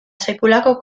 sekulako